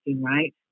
right